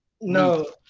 No